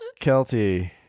Kelty